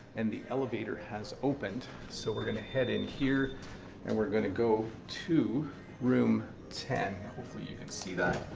and the elevator has opened. so we're going to head in here and we're going to go to room ten, hopefully you can see that.